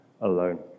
alone